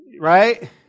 Right